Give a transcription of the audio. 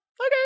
okay